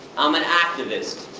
i'm an activist,